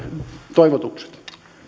toivotukset